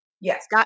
Yes